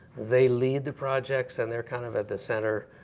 they lead the projects and they're kind of at the center.